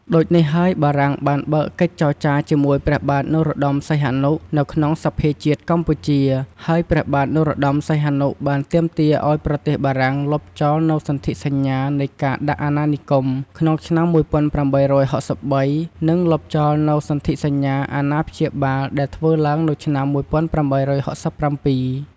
ដូចនេះហើយបារាំងបានបើកកិច្ចចរចារជាមួយព្រះបាទនរោត្តមសីហនុនៅក្នុងសភាជាតិកម្ពុជា ហើយព្រះបាទនរោត្តសីហនុ បានទាមទារឱ្យប្រទេសបារាំងលុបចោលនូវសន្ធិសញ្ញានៃការដាក់អណានិគម ក្នុងឆ្នាំ ១៨៦៣ និង លុបចោលនូវ សន្ធិសញ្ញាអណាព្យាបាលដែលធ្វើឡើងនៅឆ្នាំ ១៨៦៧។